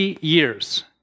years